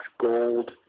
gold